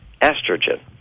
estrogen